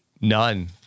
None